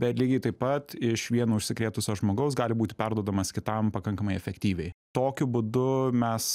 bet lygiai taip pat iš vieno užsikrėtusio žmogaus gali būti perduodamas kitam pakankamai efektyviai tokiu būdu mes